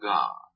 God